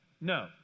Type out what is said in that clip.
No